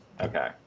Okay